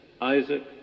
Isaac